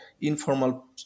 informal